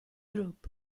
group